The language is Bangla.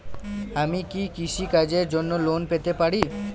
আমি কি কৃষি কাজের জন্য লোন পেতে পারি?